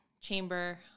chamber